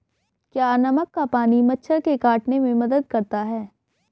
क्या नमक का पानी मच्छर के काटने में मदद करता है?